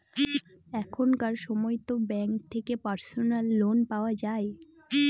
এখনকার সময়তো ব্যাঙ্ক থেকে পার্সোনাল লোন পাওয়া যায়